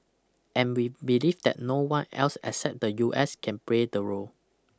and we believe that no one else except the U S can play the role